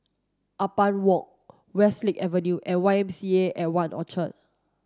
Ampang Walk Westlake Avenue and Y M C A at One Orchard